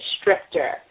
stricter